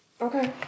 Okay